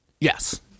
yes